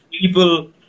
people